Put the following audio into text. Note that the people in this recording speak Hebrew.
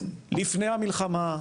לפני המלחמה,